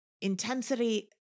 intensity